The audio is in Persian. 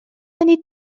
کنید